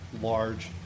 large